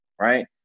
right